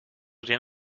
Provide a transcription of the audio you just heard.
den